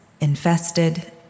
infested